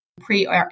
pre